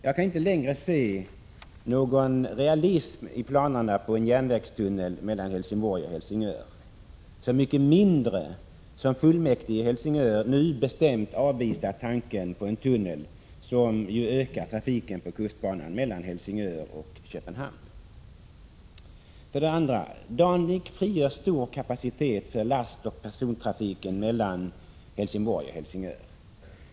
Jag kan inte längre se någon realism i planerna på en järnvägstunnel mellan Helsingborg och Helsingör, så mycket mindre som fullmäktige i Helsingör nu bestämt avvisar tanken på en tunnel, som ju ökar trafiken på kustbanan mellan Helsingör och Köpenhamn. 2. DanLink frigör stor kapacitet för lastoch persontrafiken mellan Helsingborg och Helsingör.